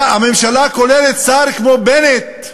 הממשלה כוללת שר כמו בנט,